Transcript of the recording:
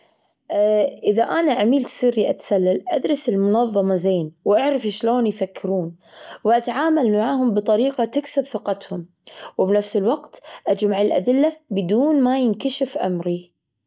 ااا إذا أنا عميل سري أتسلل أدرس المنظمة زين، وأعرف شلون يفكرون وأتعامل معهم بطريقة تكسب ثقتهم، وبنفس الوقت أجمع الأدلة بدون ما ينكشف أمري.